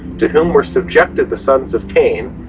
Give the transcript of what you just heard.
to whom were subjected the sons of cain,